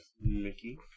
Mickey